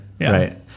Right